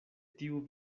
tiu